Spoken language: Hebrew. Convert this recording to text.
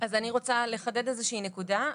אז אני רואה לחדד איזושהי נקודה.